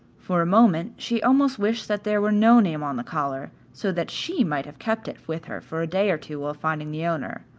for a moment she almost wished that there were no name on the collar, so that she might have kept it with her for a day or two while finding the owner.